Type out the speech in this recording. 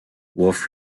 wolf